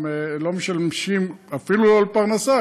הם לא משמשים אפילו לפרנסה,